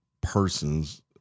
persons